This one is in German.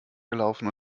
gelaufen